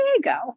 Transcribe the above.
Diego